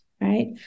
right